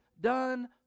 done